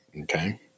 okay